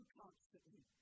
constantly